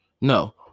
No